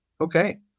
Okay